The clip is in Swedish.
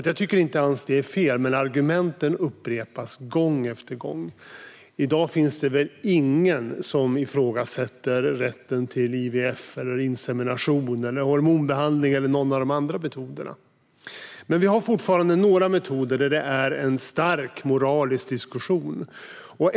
Jag tycker inte alls att det är fel, men argumenten upprepas gång efter gång. I dag finns det väl ingen som ifrågasätter rätten till IVF, insemination, hormonbehandling eller någon av de andra metoderna, men det finns fortfarande några metoder där det pågår en stark moralisk diskussion.